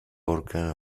organ